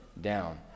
down